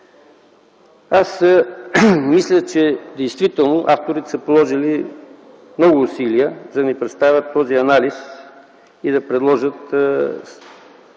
Аз мисля, че авторите са положили много усилия, за да ни представят този анализ и да предложат